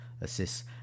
assists